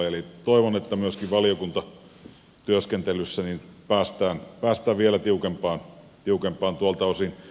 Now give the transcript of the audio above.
eli toivon että myöskin valiokuntatyöskentelyssä päästään vielä tiukempaan tuolta osin